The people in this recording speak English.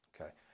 okay